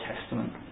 Testament